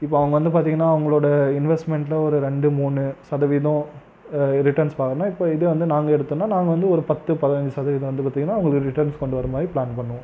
இப்போ அவங்க வந்து பார்த்தீங்கன்னா அவங்களோட இன்வஸ்மெண்ட்டில் ஒரு ரெண்டு மூணு சதவீதம் வேறு ரிட்டன்ஸ் வாங்கினா இப்போது இது வந்து நாங்கள் எடுத்தோம்னால் நாங்கள் வந்து ஒரு பத்து பதினஞ்சு சதவீதம் வந்து பார்த்தீங்கன்னா உங்களுக்கு ரிட்டன்ஸ் ஃபண்டு வர்ற மாதிரி ப்ளான் பண்ணுவோம்